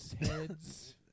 Heads